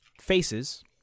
faces